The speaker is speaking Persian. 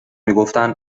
میگفتن